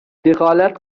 دخالت